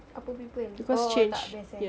apa people oh tak best eh